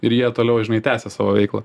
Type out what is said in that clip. ir jie toliau žinai tęsia savo veiklą